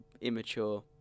immature